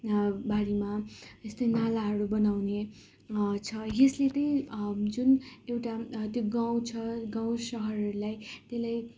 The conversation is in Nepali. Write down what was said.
बारीमा जस्तै नालाहरू बनाउने छ यसले त्यही जुन एउटा त्यो गाउँ छ गाउँ सहरलाई त्यसले